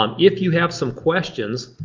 um if you have some questions,